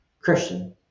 Christian